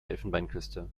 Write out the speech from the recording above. elfenbeinküste